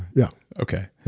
yeah okay.